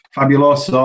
Fabulous